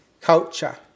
culture